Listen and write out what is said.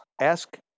ask